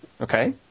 Okay